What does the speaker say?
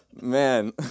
Man